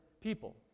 people